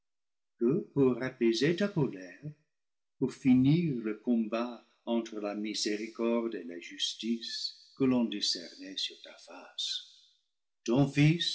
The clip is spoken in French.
pour apaiser ta colère pour finir le combat entre la miséricorde et la justice que l'on discernait sur ta face